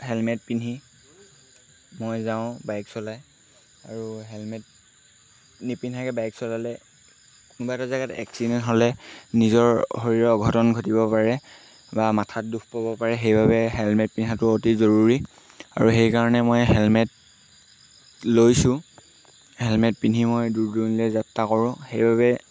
helmet পিন্ধি মই যাওঁ বাইক চলাই আৰু হেলমেট নিপিন্ধাকৈ বাইক চলালে কোনোবা এটা জেগাত এক্সিডেণ্ট হ'লে নিজৰ শৰীৰৰ অঘটন ঘটিব পাৰে বা মাথাত দুখ পাব পাৰে সেইবাবে হেলমেট পিন্ধাটো অতি জৰুৰী আৰু সেইকাৰণে মই হেলমেট লৈছোঁ হেলমেট পিন্ধি মই দূৰ দূৰণিলৈ যাত্ৰা কৰোঁ সেইবাবে